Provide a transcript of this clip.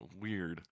Weird